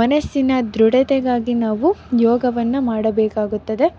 ಮನಸ್ಸಿನ ದೃಢತೆಗಾಗಿ ನಾವು ಯೋಗವನ್ನು ಮಾಡಬೇಕಾಗುತ್ತದೆ